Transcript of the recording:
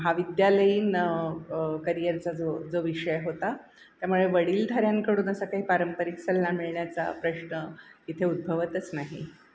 महाविद्यालयीन करिअरचा जो जो विषय होता त्यामुळे वडीलधाऱ्यांकडून असा काही पारंपरिक सल्ला मिळण्याचा प्रश्न इथे उद्भवतच नाही